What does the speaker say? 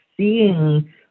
seeing